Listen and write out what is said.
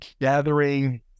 gathering